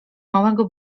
małego